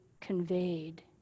conveyed